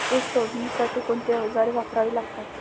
ऊस तोडणीसाठी कोणती अवजारे वापरावी लागतात?